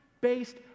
based